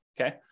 okay